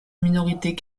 minorités